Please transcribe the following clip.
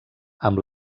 amb